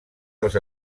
dels